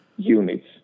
Units